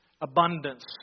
abundance